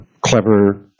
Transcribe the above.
clever